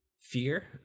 fear